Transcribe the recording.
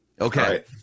Okay